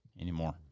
anymore